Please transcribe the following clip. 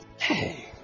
hey